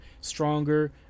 stronger